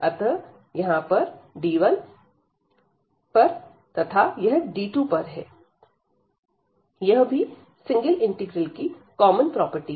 अतः यह D1 पर तथा यह D2 पर है यह भी सिंगल इंटीग्रल की कॉमन प्रॉपर्टी है